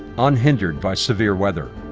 unhindered by severe weather.